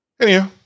Anyhow